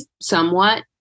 somewhat